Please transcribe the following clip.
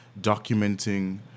documenting